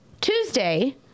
Tuesday